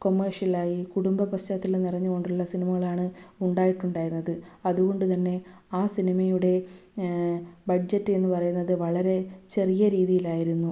commercial ആയി കുടുംബ പാശ്ചാത്തലം നിറഞ്ഞുകൊണ്ടുള്ള സിനിമകളാണ് ഉണ്ടായിട്ടുണ്ടായിരുന്നത് അതുകൊണ്ടുതന്നെ ആ സിനിമയുടെ ബഡ്ജെറ്റ് എന്നു പറയുന്നത് വളരെ ചെറിയ രീതിയിലായിരുന്നു